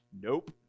Nope